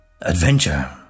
Adventure